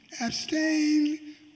abstain